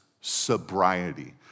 sobriety